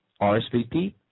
RSVP